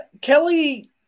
Kelly